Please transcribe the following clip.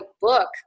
book